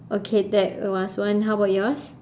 okay that was one how about yours